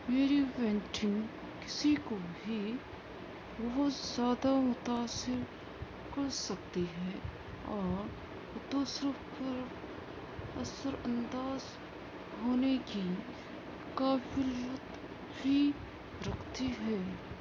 میری پینٹنگ کسی کو بھی بہت زیادہ متأثر کر سکتی ہے اور دوسروں پر اثرانداز ہونے کی قابلیت بھی رکھتی ہے